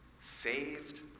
saved